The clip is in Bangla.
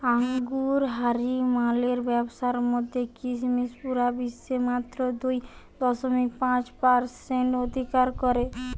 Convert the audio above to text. আঙুরহারি মালের ব্যাবসার মধ্যে কিসমিস পুরা বিশ্বে মাত্র দুই দশমিক পাঁচ পারসেন্ট অধিকার করে